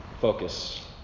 focus